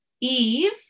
Eve